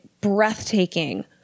breathtaking